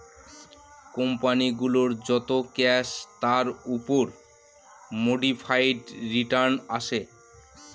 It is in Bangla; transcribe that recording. কোম্পানি গুলোর যত ক্যাশ তার উপর মোডিফাইড রিটার্ন আসে